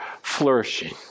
flourishing